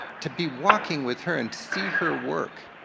to be walking with her and see her work,